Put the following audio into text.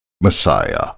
Messiah